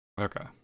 okay